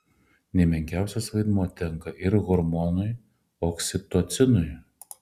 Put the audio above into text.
ne menkiausias vaidmuo tenka ir hormonui oksitocinui